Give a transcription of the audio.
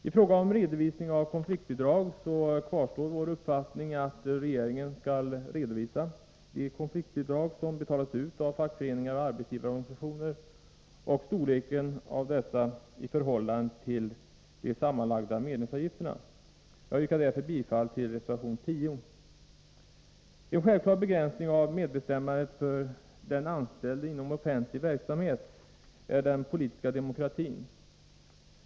I fråga om redovisningen av konfliktbidrag kvarstår vår uppfattning att regeringen skall redovisa de konfliktbidrag som betalas ut av fackföreningar och arbetsgivarorganisationer och storleken av dessa i förhållande till de sammanlagda medlemsavgifterna. Jag yrkar därför bifall till reservation 10. En självklar begränsning av medbestämmandet för de anställda inom offentlig verksamhet är den politiska demokratin.